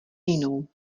jinou